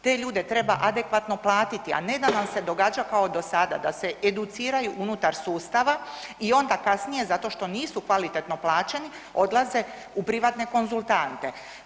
Te ljude treba adekvatno platiti, a ne da nam se događa kao do sada da se educiraju unutar sustava i onda kasnije, zato što nisu kvalitetno plaćeni, odlaze u privatne konzultante.